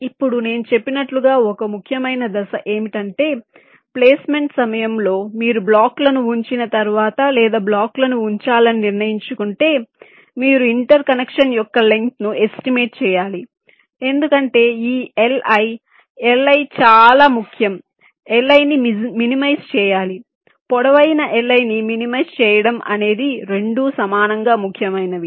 ఇప్పుడు నేను చెప్పినట్లుగా ఒక ముఖ్యమైన దశ ఏమిటంటే ప్లేస్మెంట్ సమయంలో మీరు బ్లాక్లను ఉంచిన తర్వాత లేదా బ్లాక్లను ఉంచాలని నిర్ణయించుకుంటే మీరు ఇంటర్ కనెక్షన్ యొక్క లెంగ్త్ ను ఎస్టిమేట్ చేయాలి ఎందుకంటే ఈ Li Li చాలా ముఖ్యం Li ని మినిమైజ్ చేయాలి పొడవైన Li ని మినిమైజ్ చేయడం అనేది రెండూ సమానంగా ముఖ్యమైనవి